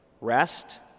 rest